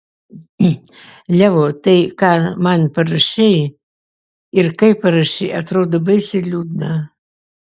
leo tai ką man parašei ir kaip parašei atrodo baisiai liūdna